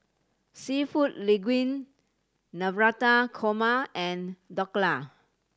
Seafood Linguine Navratan Korma and Dhokla